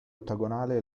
ottagonale